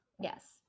yes